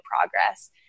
progress